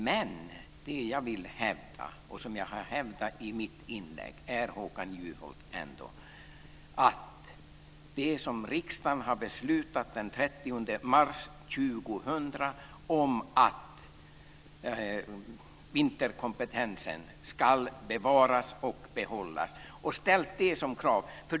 Men det jag vill hävda, och som jag har hävdat i mitt inlägg, Håkan Juholt, är ändå det som riksdagen har beslutat den 30 mars 2000 om att vinterkompetensen ska bevaras och behållas. Det har riksdagen ställt som krav.